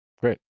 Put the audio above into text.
great